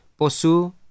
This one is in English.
posu